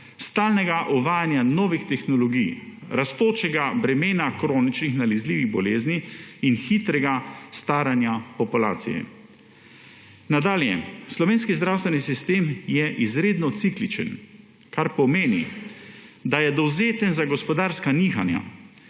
stalnega uvajanja novih tehnologij, rastočega bremena kroničnih nalezljivih bolezni in hitrega staranja populacije.« Nadalje, slovenski zdravstveni sistem je izredno cikličen, kar pomeni, da je dovzeten za gospodarska nihanja